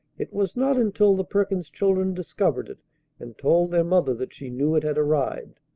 it was not until the perkins children discovered it and told their mother that she knew it had arrived.